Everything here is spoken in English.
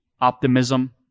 optimism